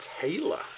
Taylor